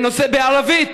בערבית